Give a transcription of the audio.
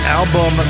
album